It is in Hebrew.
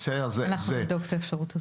אנחנו נבדוק את האפשרות הזאת.